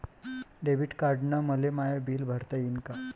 Debit कार्डानं मले माय बिल भरता येईन का?